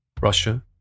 Russia